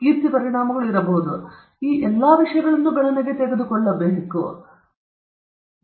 ಆದ್ದರಿಂದ ಈ ಎಲ್ಲಾ ವಿಷಯಗಳನ್ನು ಗಣನೆಗೆ ತೆಗೆದುಕೊಳ್ಳಬೇಕು ಮತ್ತು ನೀವು ಸಂಶೋಧನೆ ಮಾಡುವಾಗ ಸರಿಯಾಗಿ ನೋಡಿಕೊಳ್ಳಬೇಕು